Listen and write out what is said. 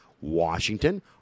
Washington